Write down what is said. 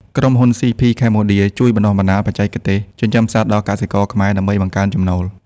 ក្រុមហ៊ុន ស៊ី ភី ខេមបូឌា (CP Cambodia) ជួយបណ្ដុះបណ្ដាលបច្ចេកទេសចិញ្ចឹមសត្វដល់កសិករខ្មែរដើម្បីបង្កើនចំណូល។